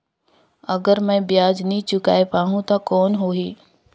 अगर मै ब्याज नी चुकाय पाहुं ता कौन हो ही?